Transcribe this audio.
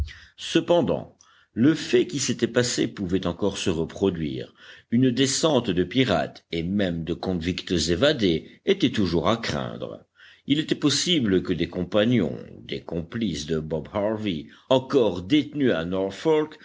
cependant le fait qui s'était passé pouvait encore se reproduire une descente de pirates et même de convicts évadés était toujours à craindre il était possible que des compagnons des complices de bob harvey encore détenus à